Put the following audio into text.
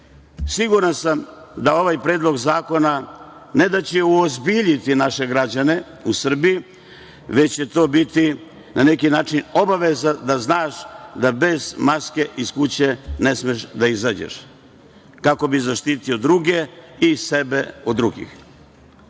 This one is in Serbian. Siguran sam da ovaj Predlog zakona ne da će uozbiljiti naše građane u Srbiji, već će to biti, na neki način, obaveza da znaš da bez maske iz kuće ne smeš da izađeš, kako bi zaštitio druge i sebe od